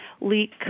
leak